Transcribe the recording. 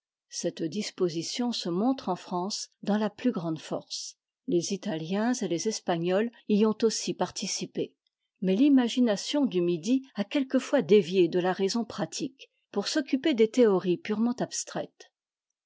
cette disposition se montre en france dans la plus grande force les tatiens et les espagnols y ont aussi participé mais l'imagination du midi a quelquefois dévié de la raison pratique pour s'occuper des théories purement abstraites